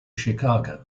chicago